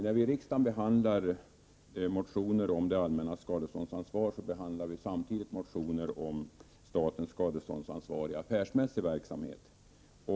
När vi i riksdagen behandlar motioner om det allmännas skadeståndsansvar, behandlar vi samtidigt motioner om statens skadeståndsansvar i affärsmässig verksamhet.